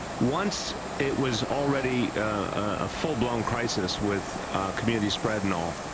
once it was already a full blown crisis with community spread and all,